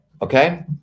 Okay